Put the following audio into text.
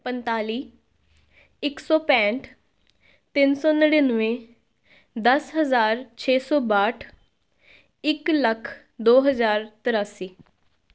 ਪੰਤਾਲੀ ਇੱਕ ਸੌ ਪੈਂਹਠ ਤਿੰਨ ਸੌ ਨੜਿਨਵੇਂ ਦਸ ਹਜ਼ਾਰ ਛੇ ਸੌ ਬਾਹਠ ਇੱਕ ਲੱਖ ਦੋ ਹਜ਼ਾਰ ਤ੍ਰਿਆਸੀ